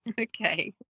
Okay